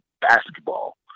basketball